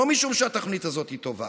לא משום שהתוכנית הזאת טובה.